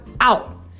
out